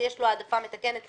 יש לו העדפה מתקנת,